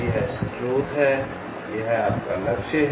यह स्रोत है यह आपका लक्ष्य है